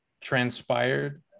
transpired